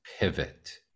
pivot